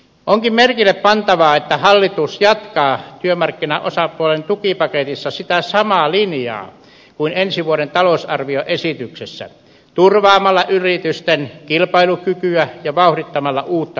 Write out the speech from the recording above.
onkin merkille pantavaa että hallitus jatkaa työmarkkinaosapuolten tukipaketissa sitä samaa linjaa kuin ensi vuoden talousarvioesityksessä turvaamalla yritysten kilpailukykyä ja vauhdittamalla uutta kasvua